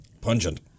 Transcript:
pungent